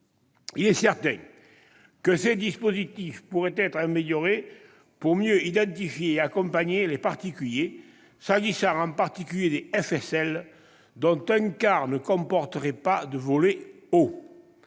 Il est certain que ces dispositifs pourraient être améliorés pour mieux identifier et accompagner les particuliers. Je pense notamment aux FSL, dont un quart ne comporterait pas de volet « eau ».